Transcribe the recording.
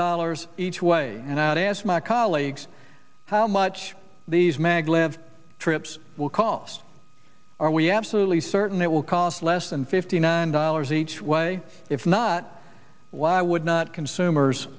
dollars each way and i asked my colleagues how much these maglev trips will cost are we absolutely certain it will cost less than fifty nine dollars each way if not why would not consumers